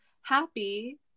happy